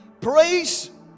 Praise